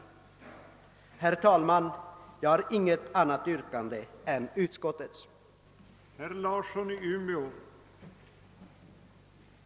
Herr talman! Jag ber att få biträda utskottets hemställan.